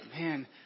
man